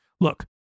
Look